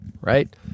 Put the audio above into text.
Right